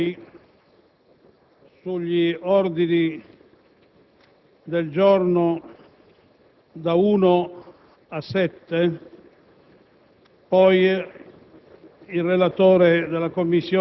esprimerò i pareri sugli ordini del giorno da G1 a G7;